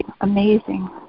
amazing